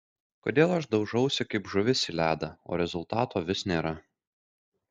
kodėl aš daužausi kaip žuvis į ledą o rezultato vis nėra